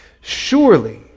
Surely